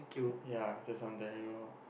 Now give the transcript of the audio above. ya just something i don't know